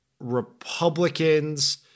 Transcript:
Republicans